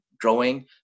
growing